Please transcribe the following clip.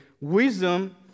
Wisdom